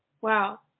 Wow